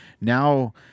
now